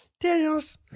Daniels